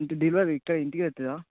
అంటే డెలివరీ ఇక్కడ ఇంటికే వస్తుందా